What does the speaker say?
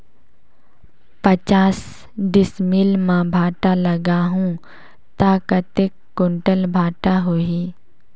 पचास डिसमिल मां भांटा लगाहूं ता कतेक कुंटल भांटा होही?